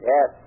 Yes